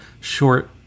short